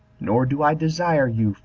nor do i desire you,